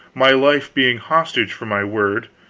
my life being hostage for my word,